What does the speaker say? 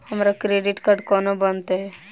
हमरा credit card कोना बनतै?